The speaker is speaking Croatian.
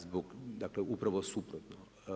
Zbog, dakle upravo suprotno.